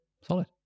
Solid